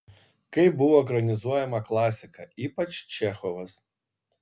kaip buvo ekranizuojama klasika ypač čechovas